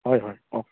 হয় হয় কওক